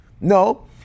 No